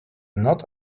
not